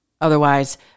Otherwise